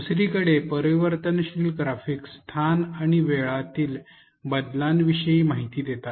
दुसरीकडे परिवर्तनशील ग्राफिक्स स्थान आणि वेळातील बदलांविषयी माहिती देतात